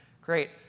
great